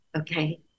okay